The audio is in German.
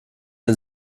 den